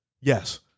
Yes